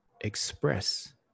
express